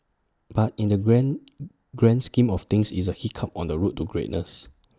but in the grand grand scheme of things it's A hiccup on the road to greatness